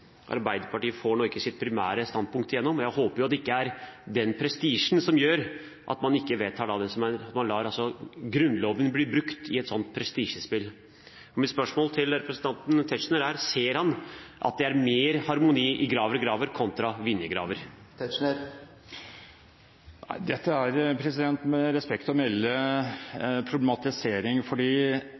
Arbeiderpartiet nå ikke får sitt primære standpunkt igjennom. Jeg håper det ikke er den prestisjen som gjør at man ikke vedtar det – at man altså lar Grunnloven bli brukt i et sånt prestisjespill. Mitt spørsmål til representanten Tetzschner er: Ser han at det er mer harmoni i Graver og Graver enn i Vinje og Graver? Dette er med respekt å melde problematisering.